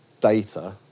data